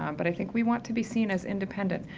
um but i think we want to be seen as independent.